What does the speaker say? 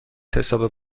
حساب